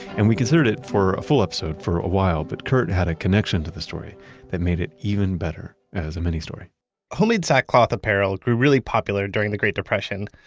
and we considered it for a full episode for awhile. but kurt had a connection to the story that made it even better as a mini-story homemade sackcloth apparel grew really popular during the great depression,